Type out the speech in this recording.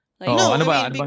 No